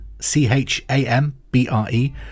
C-H-A-M-B-R-E